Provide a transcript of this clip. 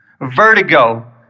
Vertigo